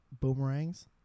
boomerangs